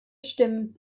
stimmen